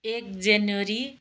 एक जनवरी